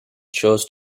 chose